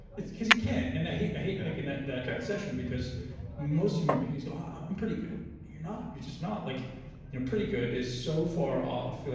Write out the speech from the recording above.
it's because you can't, and i hate hate making that that concession because most human beings go, oh, i'm i'm pretty good. you're not. you're just not. like you know pretty good is so far off.